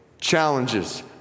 Challenges